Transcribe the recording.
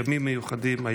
ימים מיוחדים.